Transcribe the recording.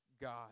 God